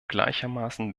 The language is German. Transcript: gleichermaßen